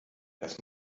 das